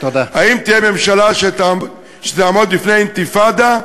האם תהיה ממשלה שתעמוד בפני אינתיפאדה,